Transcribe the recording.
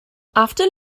after